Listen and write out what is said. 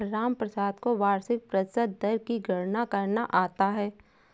रामप्रसाद को वार्षिक प्रतिशत दर की गणना करना आता है